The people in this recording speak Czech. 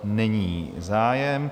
Není zájem.